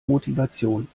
motivation